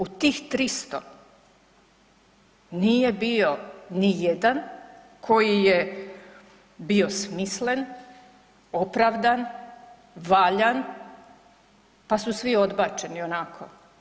U tih 300 nije bio ni jedan koji je bio smislen, opravdan, valjan, pa su svi odbačeni onako.